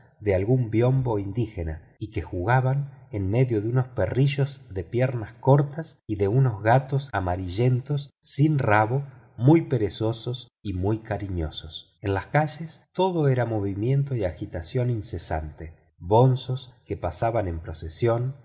de algún biombo indígena y que jugaban en medio de unos perrillos de piernas cortas y de unos gatos amarillentos sin rabo muy perezosos y cariñosos en las calles todo era movimiento y agitación incesante bonzos que pasaban en procesión